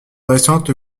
récentes